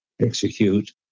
execute